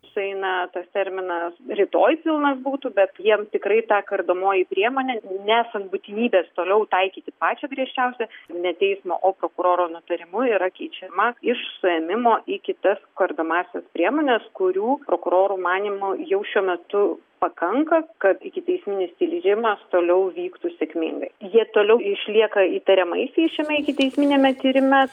sueina tas terminas rytoj pilnas būtų bet jiem tikrai ta kardomoji priemonė nesant būtinybės toliau taikyti pačią griežčiausią ne teismo o prokuroro nutarimu yra keičiama iš suėmimo į kitas kardomąsias priemones kurių prokurorų manymu jau šiuo metu pakanka kad ikiteisminis tyrimas toliau vyktų sėkmingai jie toliau išlieka įtariamaisiais šiame ikiteisminiame tyrime